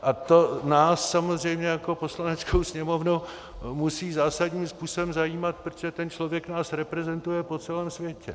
A to nás samozřejmě jako Poslaneckou sněmovnu musí zásadním způsobem zajímat, protože ten člověk nás reprezentuje po celém světě.